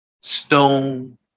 stone